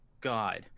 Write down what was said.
God